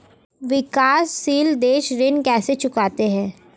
विकाशसील देश ऋण कैसे चुकाते हैं?